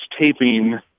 taping